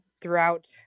throughout